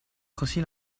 così